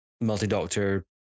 multi-doctor